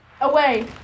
Away